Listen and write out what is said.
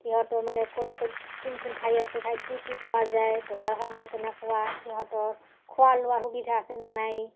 সিহঁতৰ মানে ক'ত ক'ত কোন কোন ঠাই আছে ঠাইত কি কি পোৱা যায় বজাৰ সমাৰ কেনেকুৱা সিহঁতৰ খোৱা লোৱাৰ সুবিধা আছে নে নাই